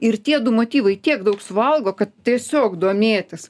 ir tiedu motyvai tiek daug suvalgo kad tiesiog domėtis